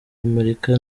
amerika